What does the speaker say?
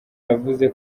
yavuze